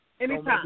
anytime